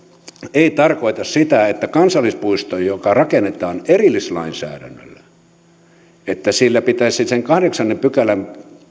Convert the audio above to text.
ei tarkoita sitä että kansallispuistosta joka rakennetaan erillislainsäädännöllä pitäisi sen kahdeksannen pykälän